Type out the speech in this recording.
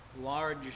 large